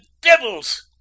devils